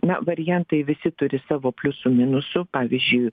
na variantai visi turi savo pliusų minusų pavyzdžiui